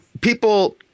people